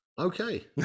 okay